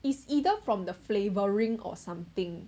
is either from the flavoring or something